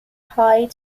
high